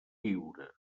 lliure